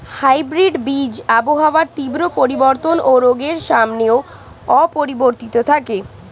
hybrid বীজ আবহাওয়ার তীব্র পরিবর্তন ও রোগের সামনেও অপরিবর্তিত থাকে